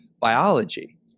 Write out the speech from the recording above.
biology